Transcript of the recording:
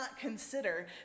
consider